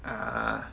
ah